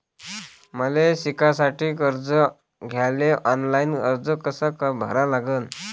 मले शिकासाठी कर्ज घ्याले ऑनलाईन अर्ज कसा भरा लागन?